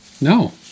No